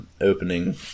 opening